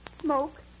smoke